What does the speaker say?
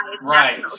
Right